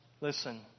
listen